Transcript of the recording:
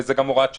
וזה גם הוראת שעה.